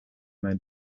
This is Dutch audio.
mijn